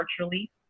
virtually